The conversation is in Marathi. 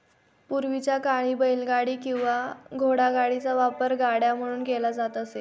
पूर्वीच्या काळी बैलगाडी किंवा घोडागाडीचा वापर गाड्या म्हणून केला जात असे